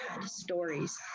stories